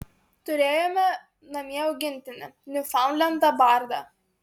turėjome namie augintinį niufaundlendą bardą